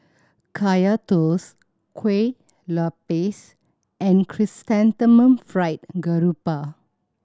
Kaya Toast Kuih Lopes and Chrysanthemum Fried Garoupa